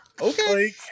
Okay